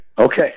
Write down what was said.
Okay